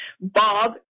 Bob